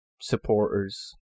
supporters